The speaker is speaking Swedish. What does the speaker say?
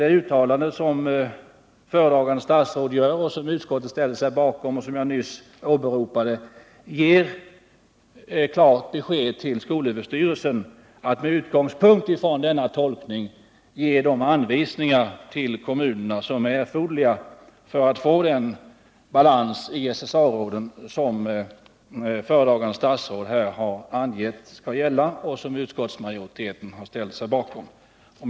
Det uttalande som föredragande statsrådet gör och som utskottsmajoriteten ställer sig bakom ger klart besked till skolöverstyrelsen när det gäller att utge de anvisningar till kommunerna som är erforderliga för att man skall få denna balans i SSA-råden. Herr talman!